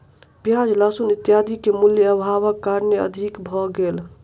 प्याज लहसुन इत्यादि के मूल्य, अभावक कारणेँ अधिक भ गेल